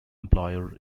employer